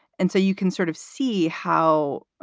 and so you can sort of see how